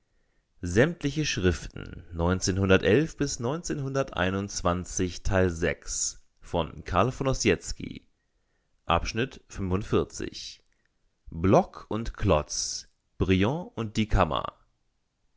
schriften block und klotz briand und die kammer